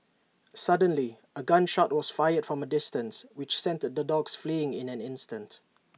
suddenly A gun shot was fired from A distance which sent the dogs fleeing in an instant